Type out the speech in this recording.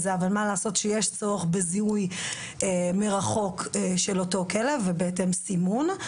אבל מה לעשות שיש צורך בזיהוי מרחוק של אותו כלב ובהתאם סימון.